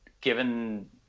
given